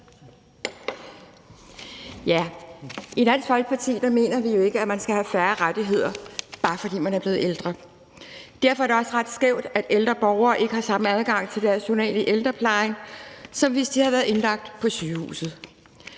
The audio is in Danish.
I Dansk Folkeparti mener vi jo ikke, at man skal have færre rettigheder, bare fordi man er blevet ældre. Derfor er det også ret skævt, at ældre borgere ikke har samme adgang til deres journal i ældreplejen, som hvis de havde været indlagt på sygehuset.